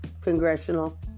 congressional